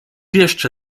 jeszcze